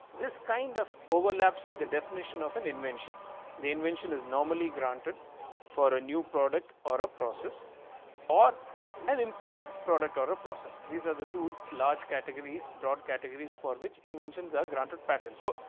this kind of overlaps with the definition of an invention the invention is normally granted for a new product or a process or an improved product or a process these are the tool large categories broad categories for which inventions are granted pattern. so,